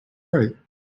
right